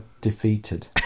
defeated